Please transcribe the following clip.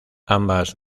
ambas